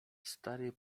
stary